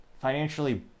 financially